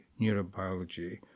neurobiology